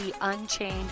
Unchained